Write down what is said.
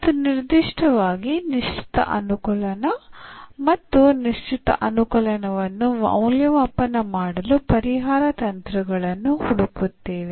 ಮತ್ತು ನಿರ್ದಿಷ್ಟವಾಗಿ ನಿಶ್ಚಿತ ಅನುಕಲನ ಮತ್ತು ನಿಶ್ಚಿತ ಅನುಕಲನವನ್ನು ಮೌಲ್ಯಮಾಪನ ಮಾಡಲು ಪರಿಹಾರ ತಂತ್ರಗಳನ್ನು ಹುಡುಕುತ್ತೇವೆ